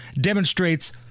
demonstrates